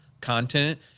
content